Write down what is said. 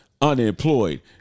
Unemployed